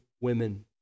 women